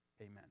Amen